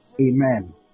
Amen